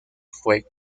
fue